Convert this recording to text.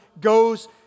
goes